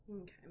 Okay